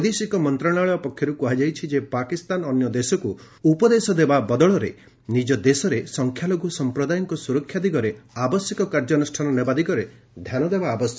ବୈଦେଶିକ ମନ୍ତ୍ରଣାଳୟ ପକ୍ଷରୁ କୁହାଯାଇଛି ଯେ ପାକିସ୍ତାନ ଅନ୍ୟ ଦେଶକୁ ଉପଦେଶ ଦେବା ବଦଳରେ ନିଜ ଦେଶରେ ସଂଖ୍ୟାଲଘୁ ସଂପ୍ରଦାୟଙ୍କ ସୁରକ୍ଷା ଦିଗରେ ଆବଶ୍ୟକ କାର୍ଯ୍ୟାନୁଷାନ ନେବା ଦିଗରେ ଧ୍ୟାନ ଦେବା ଉଚିତ